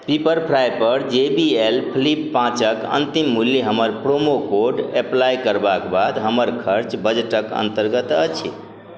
पीपरफ्राइपर J B L flip पाँचके अन्तिम मूल्य हमर प्रोमो कोड अप्लाइ करबाक बाद हमर खर्च बजटके अन्तर्गत अछि